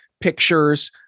pictures